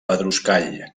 pedruscall